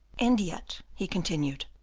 and yet, he continued,